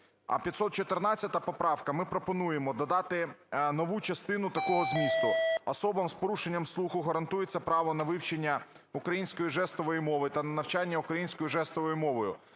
А 514 поправка, ми пропонуємо додати нову частину такого змісту: "Особам з порушенням слуху гарантується право на вивчення української жестової мови та навчання українською жестовою мовою.